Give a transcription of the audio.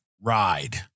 ride